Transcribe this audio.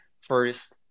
first